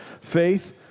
Faith